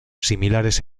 similares